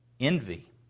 Envy